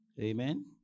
Amen